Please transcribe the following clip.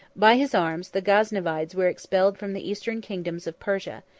by his arms, the gasnevides were expelled from the eastern kingdoms of persia,